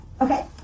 okay